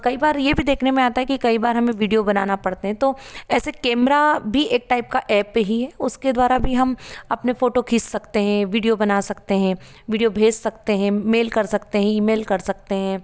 कई बार ये भी देखने में आता है कि कई बार हमे विडिओ बनाना पड़ते हैं तो ऐसे कैमरा भी एक टाइप का एप भी है उसके द्वारा भी हम अपने फोटो खींच सकते हैं विडिओ बना सकते हैं विडिओ भेज सकते हैं मेल कर सकते हैं ईमेल कर सकते हैं